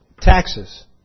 taxes